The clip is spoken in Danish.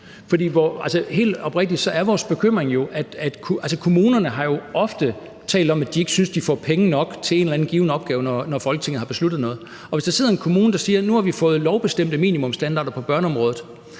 helt oprigtigt er vores bekymring jo, at kommunerne ofte har talt om, at de ikke synes, de får penge nok til en eller anden given opgave, når Folketinget har besluttet noget. Og hvis der er en kommune, der siger, at nu har de fået lovbestemte minimumsstandarder på børneområdet,